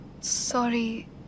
Sorry